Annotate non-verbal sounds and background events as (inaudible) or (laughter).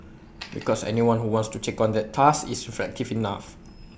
(noise) because anyone who wants to take on that task is reflective enough